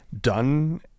done